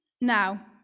now